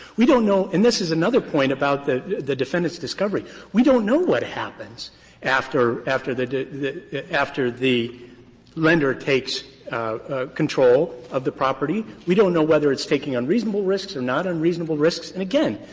we don't know and this is another point about the the defendant's discovery. we don't know what happens after after the the after the lender takes control of the property. we don't know whether it's taking unreasonable risks or not unreasonable risks. and, again,